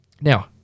Now